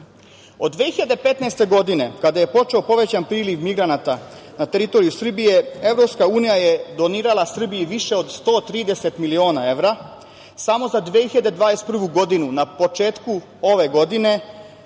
2015. godine, kada je počeo povećan priliv migranata na teritoriji Srbije, EU je donirala Srbiji više od 130 miliona evra. Samo za 2021. godinu, na početku ove godine